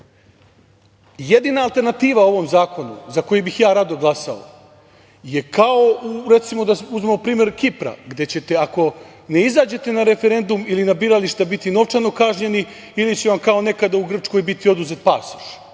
zemlji. Jedina alternativa ovom zakonu za kojih bi ja rado glasao je kao, recimo, da uzmemo primer Kipra gde ćete ako ne izađete na referendum ili na birališta biti novčano kažnjeni ili će vam kao nekada u Grčkoj biti oduzet pasoš.